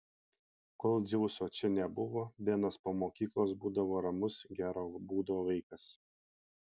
kol dzeuso čia nebuvo benas po mokyklos būdavo ramus gero būdo vaikas